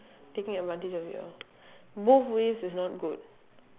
taking advantage of you both ways is not good